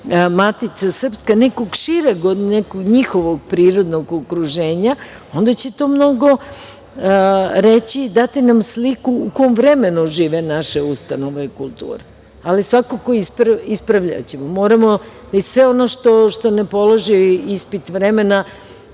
Matica srpska, nekog šireg od nekog njihovog prirodnog okruženja, onda će to mnogo reći, dati nam sliku u kom vremenu žive naše ustanove kulture. Ali, svakako ispravljaćemo. Moramo i sve ono što ne položi ispit vremena,